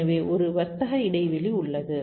எனவே ஒரு வர்த்தக இடைவெளி உள்ளது